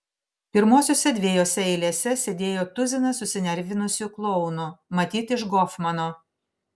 pirmosiose dviejose eilėse sėdėjo tuzinas susinervinusių klounų matyt iš gofmano